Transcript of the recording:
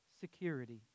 security